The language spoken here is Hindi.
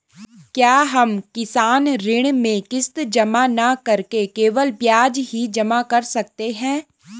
क्या हम किसान ऋण में किश्त जमा न करके केवल ब्याज ही जमा कर सकते हैं?